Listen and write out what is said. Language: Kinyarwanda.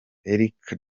erica